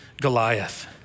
Goliath